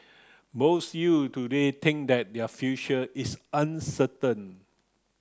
most youth today think that their future is uncertain